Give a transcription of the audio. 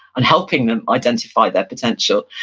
and helping them identify their potential.